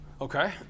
Okay